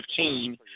2015